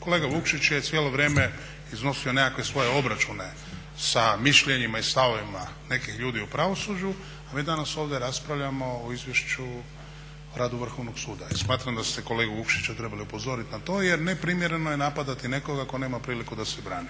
kolega Vukšić je cijelo vrijeme iznosio nekakve svoje obračune sa mišljenjima i stavovima nekih ljudi u pravosuđu, a mi danas ovdje raspravljamo o Izvješću o radu Vrhovnog suda. Smatram da ste kolegu Vukšića trebali upozoriti na to jer neprimjereno je napadati nekoga tko nema priliku da se brani,